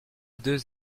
deux